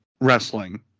wrestling